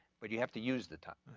but you have to use the time.